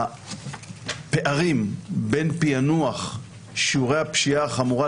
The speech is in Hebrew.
הפערים בין פיענוח שיעורי הפשיעה החמורה,